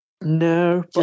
No